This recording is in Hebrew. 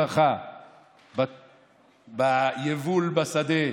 ברכה ביבול בשדה,